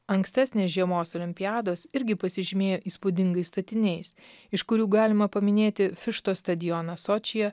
ankstesnės žiemos olimpiados irgi pasižymėjo įspūdingais statiniais iš kurių galima paminėti fišto stadioną sočyje